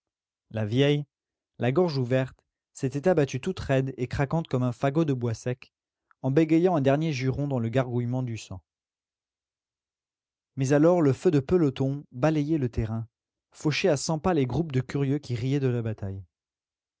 la vieille la gorge ouverte s'était abattue toute raide et craquante comme un fagot de bois sec en bégayant un dernier juron dans le gargouillement du sang mais alors le feu de peloton balayait le terrain fauchait à cent pas les groupes de curieux qui riaient de la bataille